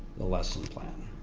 the lesson plan.